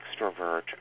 extrovert